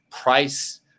price